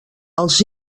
els